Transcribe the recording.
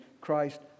Christ